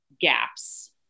gaps